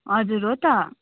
हजुर हो त